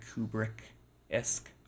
Kubrick-esque